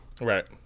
right